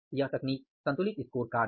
यह तकनीक संतुलित स्कोरकार्ड की है